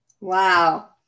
Wow